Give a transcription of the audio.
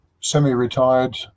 semi-retired